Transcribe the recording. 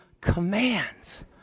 commands